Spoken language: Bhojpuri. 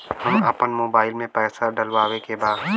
हम आपन मोबाइल में पैसा डलवावे के बा?